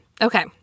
Okay